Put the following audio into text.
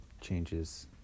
changes